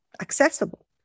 accessible